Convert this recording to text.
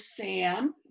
Sam